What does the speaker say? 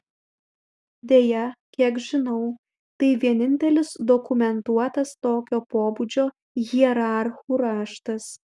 deja kiek žinau tai vienintelis dokumentuotas tokio pobūdžio hierarchų raštas